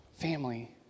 family